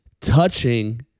touching